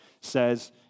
says